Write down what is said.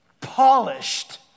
polished